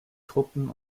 truppen